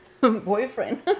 boyfriend